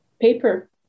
paper